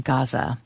Gaza